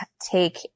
take